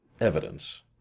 evidence